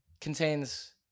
contains